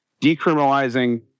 decriminalizing